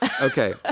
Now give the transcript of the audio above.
Okay